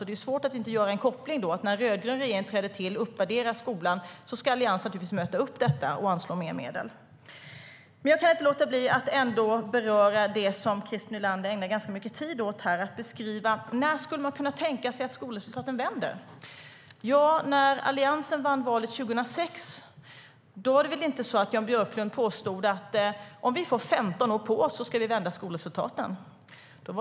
Det är svårt att inte göra en koppling till att när en rödgrön regering tillträder uppvärderas skolan, och då ska Alliansen naturligtvis möta detta och anslå mer medel. När Alliansen vann valet 2006 påstod inte Jan Björklund att det behövdes 15 år för att vända skolresultaten.